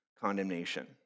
condemnation